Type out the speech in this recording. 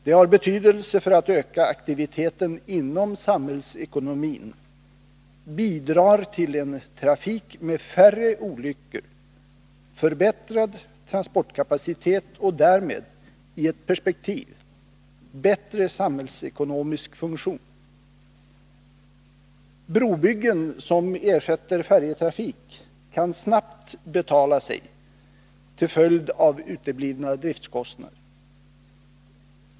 De har betydelse för att öka aktiviteten inom samhällsekonomin, bidrar till en trafik med färre olyckor, förbättrad transportkapacitet och därmed, i ett perspektiv, bättre samhällsekonomisk funktion. Brobyggen som ersätter färjetrafik kan snabbt betala sig till följd av uteblivna driftkostnader.